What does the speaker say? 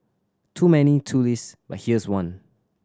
too many too list but here's one